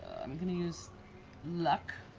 i'm going to use luck.